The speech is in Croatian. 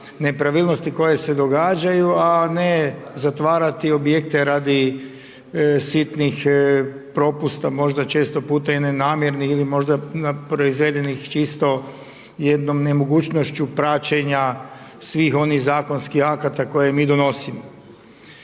nepravilnosti koje se događaju, a ne zatvarati objekte radi sitnih propusta, možda često puta i nenamjernih ili možda proizvedenih čisto jednom nemogućnošću praćenja svih onih zakonskih akata koje mi donosimo.